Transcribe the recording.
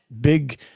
big